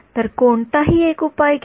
तर कोणताही एक उपाय घ्या